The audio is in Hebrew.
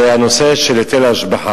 זה הנושא של היטל ההשבחה.